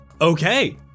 Okay